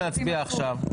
אנחנו יכולים להצביע עכשיו,